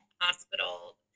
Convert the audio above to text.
hospital